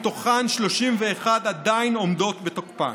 ומהן 31 עדיין עומדות בתוקפן.